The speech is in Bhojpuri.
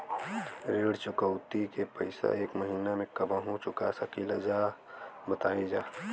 ऋण चुकौती के पैसा एक महिना मे कबहू चुका सकीला जा बताईन जा?